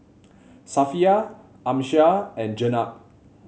Safiya Amsyar and Jenab